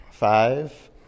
Five